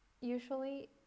usually